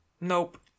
nope